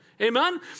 Amen